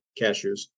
cashews